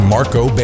Marco